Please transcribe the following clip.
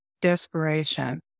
desperation